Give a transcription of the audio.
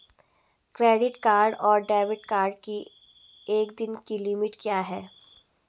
Credit card और debit card की एक दिन की लिमिट क्या है?